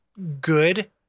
good